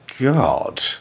god